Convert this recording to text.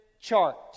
chart